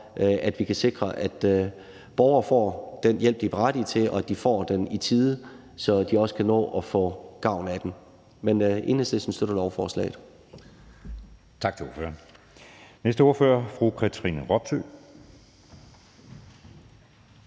at vi kan sikre, at borgere får den hjælp, de er berettiget til, og at de får den i tide, så de også kan nå at få gavn af den. Men Enhedslisten støtter lovforslaget. Kl. 14:55 Anden næstformand (Jeppe